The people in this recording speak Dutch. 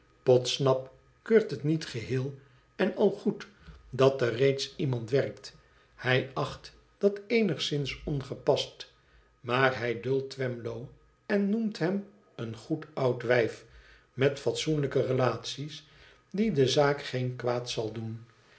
podsnap keurt het niet geheel en al goed dat er reeds iemand werkt hij acht dat eenigszins ongepast maar hij duldt twemlow en noemt hem een goed oud wijf met fatsoenlijke relaties die de zaak geen kwaad zal doen